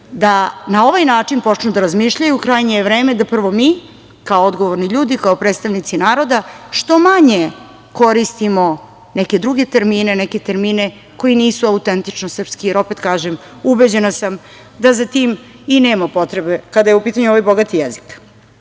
da na ovaj način počnu da razmišljaju, krajnje je vreme da prvo mi, kao odgovorni ljudi, kao predstavnici naroda, što manje koristimo neke druge termine, neke termine koji nisu autentično srpski, jer opet kažem, ubeđena sam da za tim i nema potrebe, kada je u pitanju ovaj bogat jezik. Kada